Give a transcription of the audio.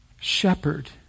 shepherd